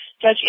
Judge